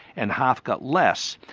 and half got less.